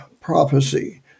prophecy